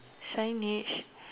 signage